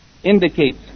indicates